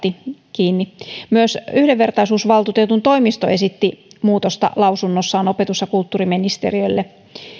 myös yhdenvertaisuusvaltuutetun toimisto esitti muutosta lausunnossaan opetus ja kulttuuriministeriölle